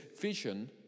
Vision